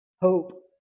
hope